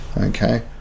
Okay